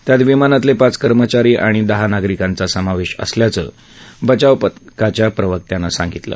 त्यात विमानातले पाच कर्मचारी आणि दहा नागरिकांचा समावेश असल्याचं बचाव पथकाच्या प्रवक्त्यानं सांगितलं